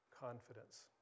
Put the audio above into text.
confidence